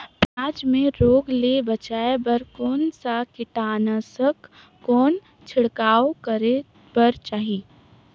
पियाज मे रोग ले बचाय बार कौन सा कीटनाशक कौन छिड़काव करे बर चाही?